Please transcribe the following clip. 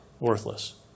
worthless